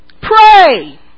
Pray